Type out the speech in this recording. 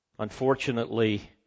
Unfortunately